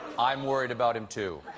i'm worried about him, too.